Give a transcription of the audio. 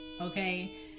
okay